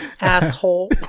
asshole